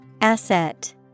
Asset